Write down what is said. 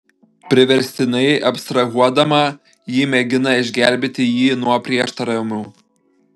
priverstinai abstrahuodama ji mėgina išgelbėti jį nuo prieštaravimų